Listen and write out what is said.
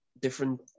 different